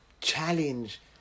challenge